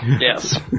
yes